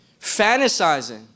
fantasizing